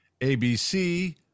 ABC